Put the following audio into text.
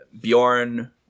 Bjorn